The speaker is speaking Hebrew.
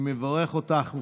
אני מברך אותך.